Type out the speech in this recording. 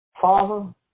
Father